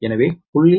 எனவே 0